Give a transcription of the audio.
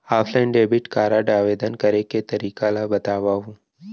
Offline debit card आवेदन करे के तरीका ल बतावव?